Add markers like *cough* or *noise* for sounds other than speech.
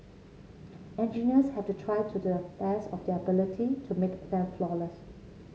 *noise* engineers have to try to do the best of their ability to make them flawless